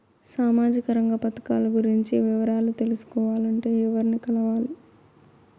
సామాజిక రంగ పథకాలు గురించి వివరాలు తెలుసుకోవాలంటే ఎవర్ని కలవాలి?